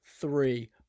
three